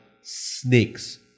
snakes